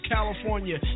California